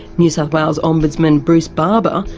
new south wales ombudsmen, bruce barbour,